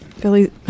Billy